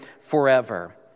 forever